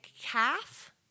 calf